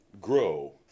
grow